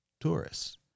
tourists